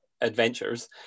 adventures